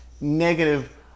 negative